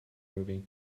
movie